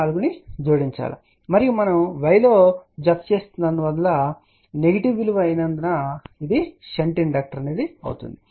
64 ను జోడించాలి మరియు మనము y లో జతచేస్తున్నందున మరియు నెగిటివ్ విలువ అయినందున అది షంట్ ఇండక్టర్ అవుతుంది